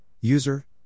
user